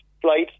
flights